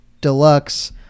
Deluxe